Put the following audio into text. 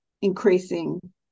increasing